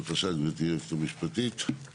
בבקשה, גבירתי היועצת המשפטית.